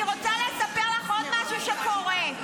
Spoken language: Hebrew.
אני רוצה לספר לך עוד משהו שקורה.